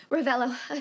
Ravello